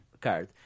card